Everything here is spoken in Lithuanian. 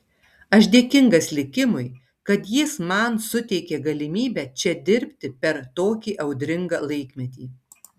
aš dėkingas likimui kad jis man suteikė galimybę čia dirbti per tokį audringą laikmetį